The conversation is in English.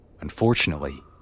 Unfortunately